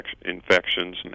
infections